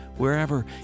wherever